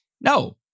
No